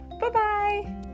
bye-bye